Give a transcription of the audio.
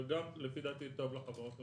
וגם לפי דעתי טוב לחברות הממשלתיות.